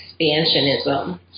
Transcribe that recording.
expansionism